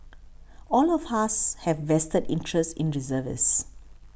all of us have a vested interest in reservist